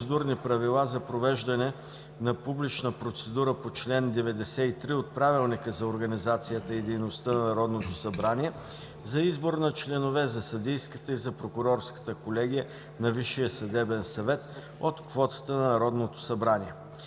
правила за провеждане на публична процедура по чл. 93 от Правилника за организацията и дейността на Народното събрание за избор на членове за съдийската и за прокурорската колегия на Висшия съдебен съвет от квотата на Народното събрание.